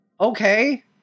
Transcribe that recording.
okay